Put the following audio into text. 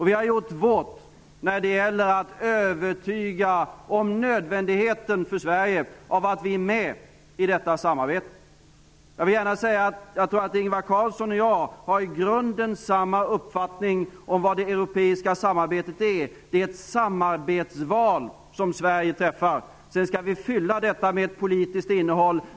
Vi har gjort vårt när det gäller att övetyga om nödvändigheten för Sverige av att vi är med i detta samarbete. Jag tror att Ingvar Carlsson och jag har i grunden samma uppfattning om vad det europeiska samarbetet är. Det är ett samarbetsval som Sverige träffar. Sedan skall vi fylla detta med ett politiskt innehåll.